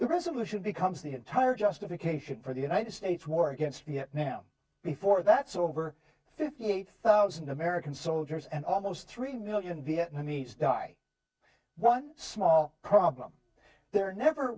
resolution becomes the entire justification for the united states war against viet nam before that's over fifty eight thousand american soldiers and almost three million vietnamese die one small problem there never